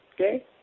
okay